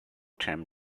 term